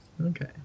okay